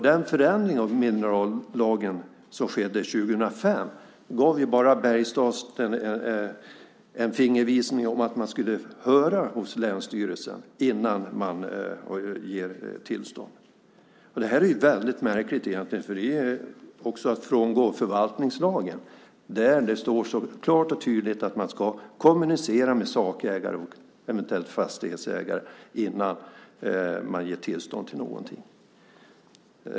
Den förändring av minerallagen som skedde år 2005 gav bara Bergsstaten en fingervisning om att man ska höra hos länsstyrelsen innan man ger tillstånd. Det är egentligen väldigt märkligt. Det är också att frångå förvaltningslagen. Där står det klart och tydligt att man ska kommunicera med sakägare och eventuella fastighetsägare innan man ger tillstånd till någonting.